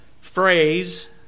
phrase